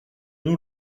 nous